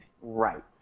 Right